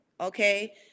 okay